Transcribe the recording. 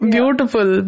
Beautiful